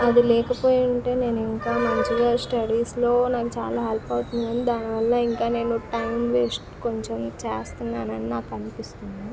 అది లేకపోయి ఉంటే నేను ఇంకా మంచిగా స్టడీస్లో నేను చాలా హెల్ప్ అవుతుంది దాని వల్ల ఇంకా నేను టైంమ్ వేస్ట్ కొంచెం చేస్తున్నాను అని నాకు అనిపిస్తుంది